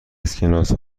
اسکناس